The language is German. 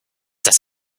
das